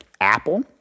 Apple